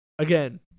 Again